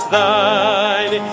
Thine